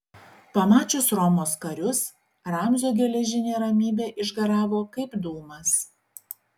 pamačius romos karius ramzio geležinė ramybė išgaravo kaip dūmas